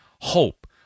hope